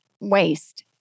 waste